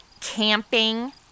camping